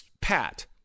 Pat